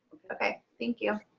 okay. thank you.